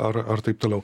ar ar taip toliau